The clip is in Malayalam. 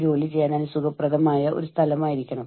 അതാണ് മാനസിക സാമൂഹിക സുരക്ഷാ പരിതസ്ഥിതി അർത്ഥമാക്കുന്നത്